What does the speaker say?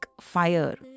fire